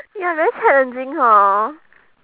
ya very challenging hor